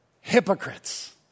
hypocrites